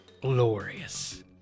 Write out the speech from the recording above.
glorious